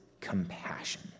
compassion